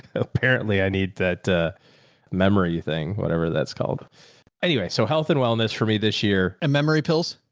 apparently i need that a memory thing, whatever that's called anyway. so health and wellness for me this year and memory pills.